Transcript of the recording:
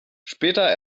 später